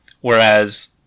Whereas